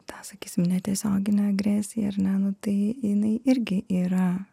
tą sakysim netiesioginę agresiją ar ne nu tai jinai irgi yra